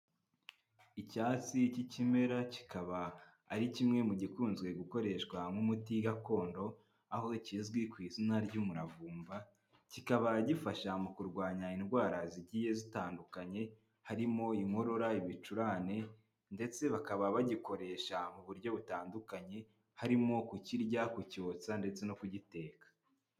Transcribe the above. Icyatsi k'ikimera kikaba ari kimwe mu gikunze gukoreshwa nk'umuti gakondo aho kizwi ku izina ry'umuravumba, kikaba gifasha mu kurwanya indwara zigiye zitandukanye, harimo inkorora, ibicurane ndetse bakaba bagikoresha mu buryo butandukanye, harimo kukirya, ku cyotsa ndetse no kugiteka.